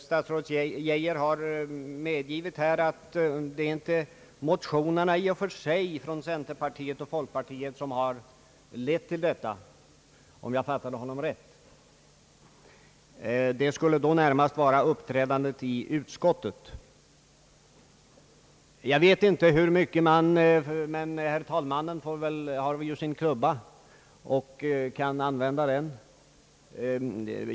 Statsrådet Geijer har medgivit att det inte i och för sig är motionerna från centerpartiet och folkpartiet som har lett till att regeringen nu vill återkalla propositionen. Om jag fattade honom rätt, skulle orsaken närmast vara uppträdandet i utskottet. Jag vet inte hur mycket jag bör säga, men herr talmannen har ju sin klubba och kan använda den.